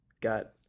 got